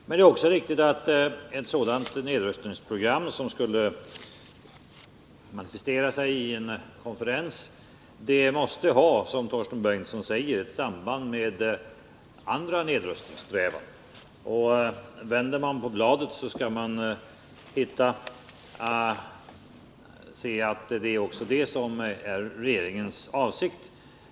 Men det är också riktigt att ett sådant nedrustningsprogram, som skulle manifestera sig i en konferens, måste — som Torsten Bengtson säger — ha samband med andra nedrustningssträvanden. Vänder man på bladet skall man se att det också är regeringens avsikt.